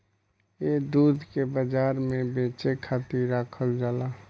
ए दूध के बाजार में बेचे खातिर राखल जाला